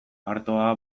artoa